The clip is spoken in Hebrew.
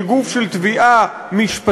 של גוף של תביעה משפטית,